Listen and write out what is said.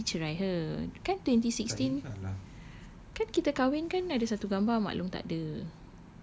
kan he already cerai her kan twenty sixteen kan kita kahwin kan ada satu gambar mak long tak ada